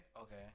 Okay